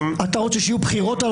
אתה רוצה שיהיו בחירות על